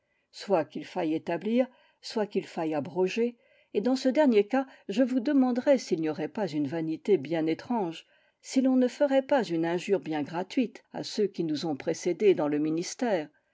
soit qu'il faille établir soit qu'il faille abroger et dans ce dernier cas je vous demanderai s'il n'y aurait pas une vanité bien étrange si l'on ne ferait pas une injure bien gratuite à ceux qui nous ont précédés dans le ministère